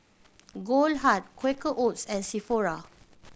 Goldheart Quaker Oats and Sephora